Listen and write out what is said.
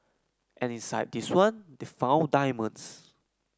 and inside this one they found diamonds